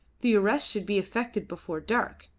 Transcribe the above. the arrest should be effected before dark,